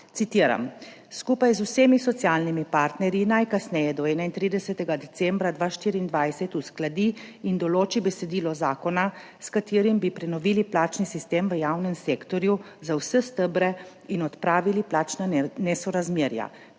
citiram, »skupaj z vsemi socialnimi partnerji najkasneje do 31. decembra 2024 uskladi in določi besedilo zakona, s katerim bi prenovili plačni sistem v javnem sektorju za vse stebre in odpravili plačna nesorazmerja«,